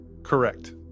correct